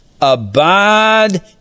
abide